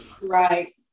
Right